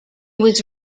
was